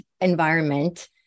environment